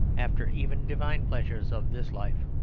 after even divine pleasures of this life.